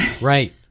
Right